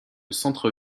centre